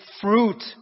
fruit